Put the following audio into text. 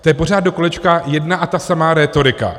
To je pořád dokolečka jedna a ta samá rétorika.